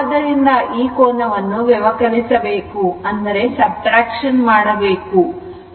ಆದ್ದರಿಂದ ಈ ಕೋನವನ್ನು ವ್ಯವಕಲಿಸಬೇಕು